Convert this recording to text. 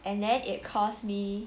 and then it costs me